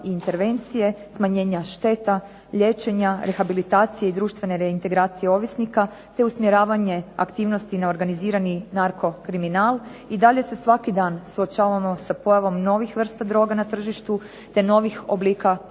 i intervencije, smanjenja šteta liječenja, rehabilitacije i društvene reintegracije ovisnika, te usmjeravanje aktivnosti na organizirani narko kriminal. I dalje se svaki dan suočavamo sa pojavom novih vrsta droga na tržištu, te novih oblika